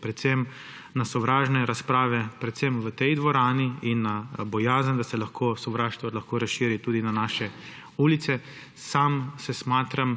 predvsem na sovražne razprave, predvsem v tej dvorani, in na bojazen, da se lahko sovraštvo razširi tudi na naše ulice. Sam se smatram,